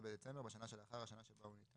בסימן שעוסק